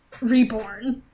Reborn